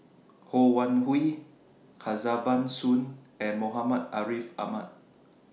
Ho Wan Hui Kesavan Soon and Muhammad Ariff Ahmad